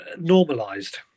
normalized